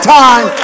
time